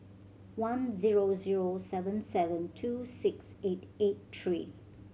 one zero zero seven seven two six eight eight three